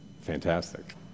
Fantastic